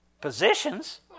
positions